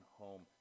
home